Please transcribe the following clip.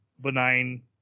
benign